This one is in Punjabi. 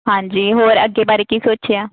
ਹਾਂਜੀ ਹੋਰ ਅੱਗੇ ਬਾਰੇ ਕੀ ਸੋਚਿਆ